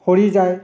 সৰি যায়